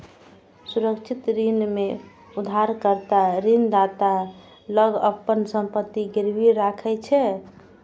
सुरक्षित ऋण मे उधारकर्ता ऋणदाता लग अपन संपत्ति गिरवी राखै छै